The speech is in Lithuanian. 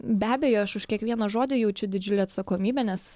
be abejo aš už kiekvieną žodį jaučiu didžiulę atsakomybę nes